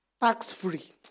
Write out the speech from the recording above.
Tax-free